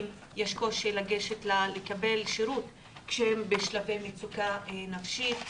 יש קושי לגשת לקבל שירות כשהם בשלבי מצוקה נפשית,